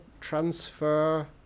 transfer